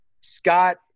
Scott